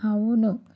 అవును